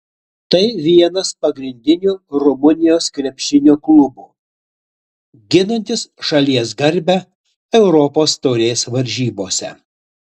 tai vienas pagrindinių rumunijos krepšinio klubų ginantis šalies garbę europos taurės varžybose